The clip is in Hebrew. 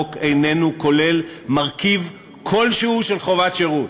שהחוק איננו כולל מרכיב כלשהו של חובת שירות".